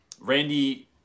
Randy